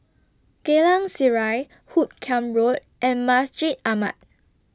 Geylang Serai Hoot Kiam Road and Masjid Ahmad